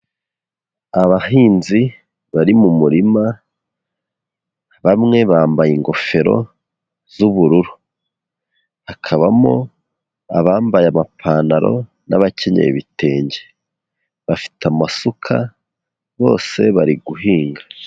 Abahinzi bari mu murima, bamwe bambaye ingofero z'ubururu. Hakabamo abambaye amapantaro n'abakenyeye ibitenge. Bafite amasuka, bose bari guhinga.